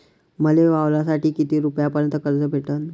मले वावरासाठी किती रुपयापर्यंत कर्ज भेटन?